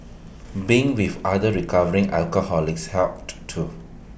being with other recovering alcoholics helped too